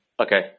Okay